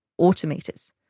automators